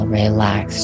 relax